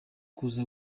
kuza